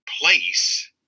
place